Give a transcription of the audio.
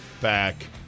back